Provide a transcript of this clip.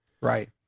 Right